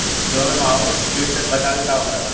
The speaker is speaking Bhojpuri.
गेहूँ में माहुं किट से बचाव के का उपाय बा?